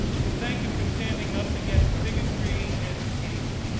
so thank you for standing up against bigotry and hate.